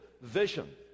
vision